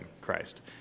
Christ